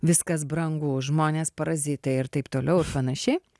viskas brangu žmonės parazitai ir taip toliau panašiai